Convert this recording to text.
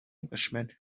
englishman